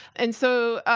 and so,